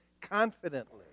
confidently